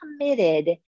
committed